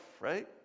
right